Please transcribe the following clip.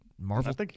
Marvel